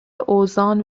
اوزان